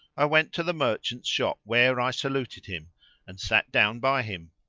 i went to the merchant's shop where i saluted him and sat down by him.